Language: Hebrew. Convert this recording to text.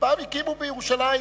שפעם הקימו בירושלים